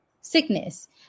sickness